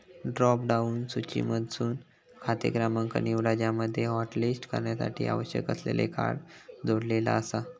drop down सूचीमधसून खाते क्रमांक निवडा ज्यामध्ये हॉटलिस्ट करण्यासाठी आवश्यक असलेले कार्ड जोडलेला आसा